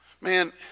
Man